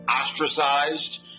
ostracized